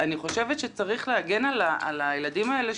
אני חושבת שצריך להגן על הילדים האלה,